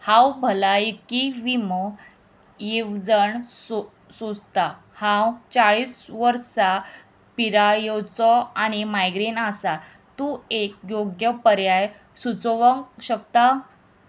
हांव भलायकी विमो येवजण सो सोसतां हांव चाळीस वर्सा पिरायेवचो आनी मायग्रेन आसा तूं एक योग्य पर्याय सुचोवंक शकता